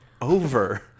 Over